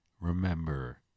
Remember